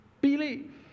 believe